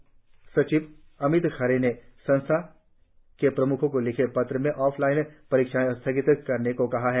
उच्च शिक्षा सचिव अमित खरे ने संस्थाओं के प्रम्खों को लिखे पत्र में ऑफलाइन परीक्षाएं स्थगित करने को कहा है